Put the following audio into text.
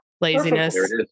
laziness